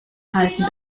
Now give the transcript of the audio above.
halten